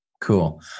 Cool